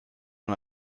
und